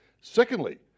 Secondly